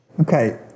Okay